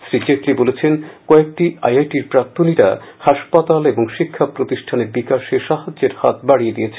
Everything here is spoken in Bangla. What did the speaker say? শ্রী জেটলী বলেন কয়েকটি আইআইটি র প্রাক্তনীরা হাসপাতাল ও শিক্ষা প্রতিষ্ঠানের বিকাশে সাহায্যের হাত বাডিয়ে দিয়েছেন